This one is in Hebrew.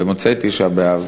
במוצאי תשעה באב,